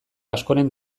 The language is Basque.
askoren